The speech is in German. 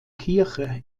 kirche